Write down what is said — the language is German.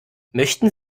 möchten